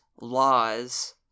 laws